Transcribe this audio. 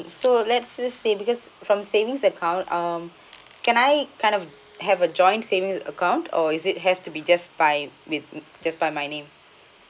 so let's us say because from savings account um can I kind of have a joint saving account or is it has to be just by with just by my name